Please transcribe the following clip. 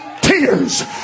tears